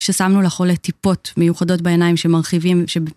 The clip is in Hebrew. ששמנו לחולה טיפות מיוחדות בעיניים, שמרחיבים שב...